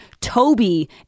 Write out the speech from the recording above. Toby